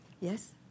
Yes